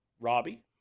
Robbie